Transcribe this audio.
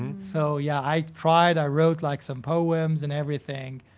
so yeah, i cried, i wrote like some poems and everything.